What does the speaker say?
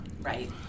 Right